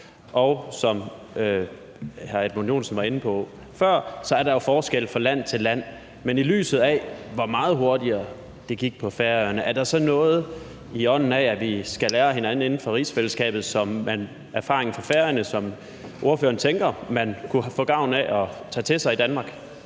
op. Som hr. Edmund Joensen var inde på før, er der jo forskel fra land til land, men i lyset af hvor meget hurtigere det gik på Færøerne, er der i ånden af, at vi skal lære af hinanden inden for rigsfællesskabet, noget i erfaringerne fra Færøerne, som ordføreren tænker man kunne få gavn af at tage til sig i Danmark?